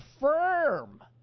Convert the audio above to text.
firm